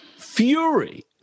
fury